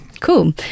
Cool